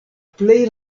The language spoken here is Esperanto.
plej